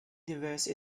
universe